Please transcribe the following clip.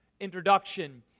introduction